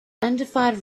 undefined